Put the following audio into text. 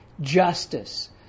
justice